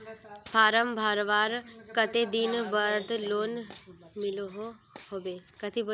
Form भरवार कते दिन बाद लोन मिलोहो होबे?